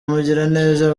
mugiraneza